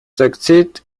succeeded